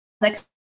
next